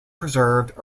preserved